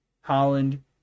Holland